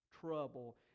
trouble